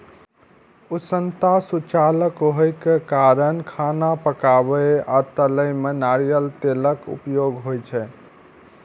उष्णता सुचालक होइ के कारण खाना पकाबै आ तलै मे नारियल तेलक उपयोग होइ छै